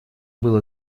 было